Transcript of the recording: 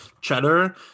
cheddar